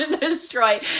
destroy